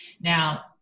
Now